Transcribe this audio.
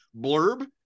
blurb